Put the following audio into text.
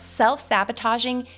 self-sabotaging